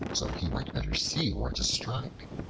so he might better see where to strike.